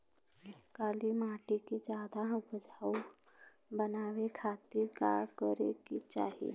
काली माटी के ज्यादा उपजाऊ बनावे खातिर का करे के चाही?